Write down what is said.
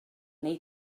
wnei